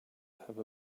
have